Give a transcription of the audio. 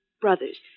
Brothers